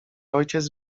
ojciec